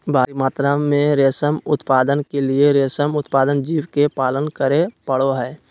भारी मात्रा में रेशम उत्पादन के लिए रेशम उत्पादक जीव के पालन करे पड़ो हइ